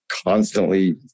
constantly